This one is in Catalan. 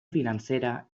financera